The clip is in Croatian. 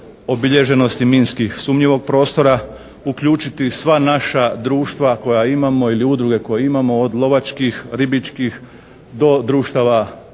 obilježenosti minski sumnjivog prostora. Uključiti sva naša društva koja imamo ili udruge koje imamo od lovačkih, ribičkih do društava